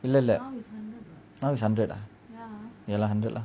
இல்ல இல்ல:illa illa now is hundred ah ya lah hundred lah